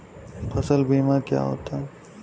फसल बीमा क्या होता है?